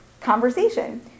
conversation